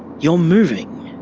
you're moving.